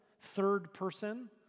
third-person